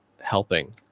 helping